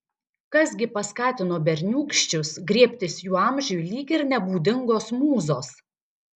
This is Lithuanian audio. kas gi paskatino berniūkščius griebtis jų amžiui lyg ir nebūdingos mūzos